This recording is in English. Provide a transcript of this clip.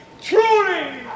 truly